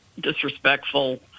disrespectful